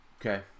Okay